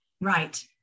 Right